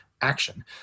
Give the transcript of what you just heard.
action